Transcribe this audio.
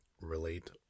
relate